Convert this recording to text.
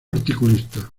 articulista